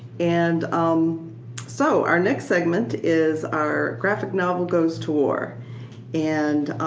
and um so our next segment is our graphic novel goes to war. and